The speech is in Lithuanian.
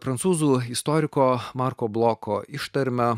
prancūzų istoriko marko bloko ištarmę